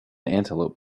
antelope